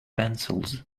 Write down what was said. pencils